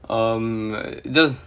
um like just